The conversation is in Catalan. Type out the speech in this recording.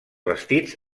vestits